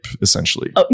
essentially